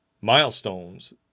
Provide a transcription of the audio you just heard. milestones